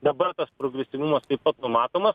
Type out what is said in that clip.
dabar tas progresyvumas taip pat numatomas